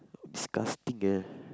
disgusting ah